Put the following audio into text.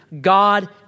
God